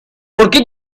porque